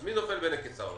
אז מי נופל בין הכיסאות